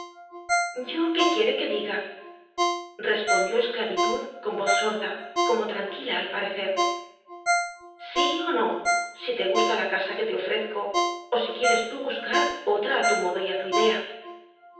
yo qué quiere que diga respondió esclavitud con voz sorda pero tranquila al parecer sí ó no si te gusta la casa que te ofrezco ó si quieres tú buscar otra á tu modo y á tu idea